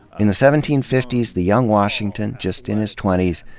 in the seventeen fifty s the young washington, just in his twenties,